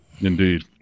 Indeed